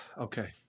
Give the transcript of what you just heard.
Okay